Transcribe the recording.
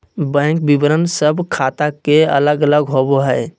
bank विवरण सब ख़ाता के अलग अलग होबो हइ